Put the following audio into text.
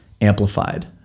amplified